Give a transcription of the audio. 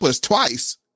twice